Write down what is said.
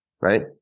right